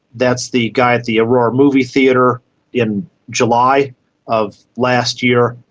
that's the guy at the aurora movie theatre in july of last year,